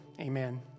Amen